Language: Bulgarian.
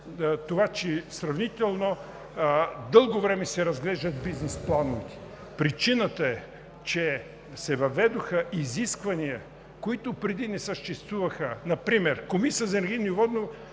това, че сравнително дълго време се разглеждат бизнес плановете. Причината е, че се въведоха изисквания, които преди не съществуваха. Например Комисията за енергийно и водно